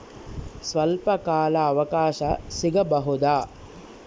ಸ್ವಲ್ಪ ಕಾಲ ಅವಕಾಶ ಸಿಗಬಹುದಾ?